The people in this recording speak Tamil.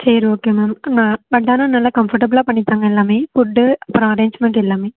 சரி ஓகே மேம் பட் ஆனால் நல்லா கம்ஃபர்டஃபுளாக பண்ணி தாங்க எல்லாமே ஃபுட்டு அப்புறம் அரேன்ஜ்மெண்ட் எல்லாமே